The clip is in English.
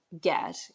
get